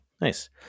Nice